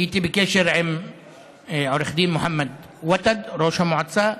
הייתי בקשר עם עו"ד מוחמד ותד, ראש המועצה,